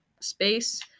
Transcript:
space